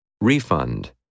Refund